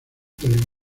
del